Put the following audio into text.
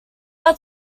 are